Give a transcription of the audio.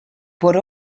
por